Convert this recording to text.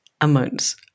amounts